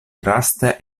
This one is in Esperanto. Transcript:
draste